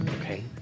Okay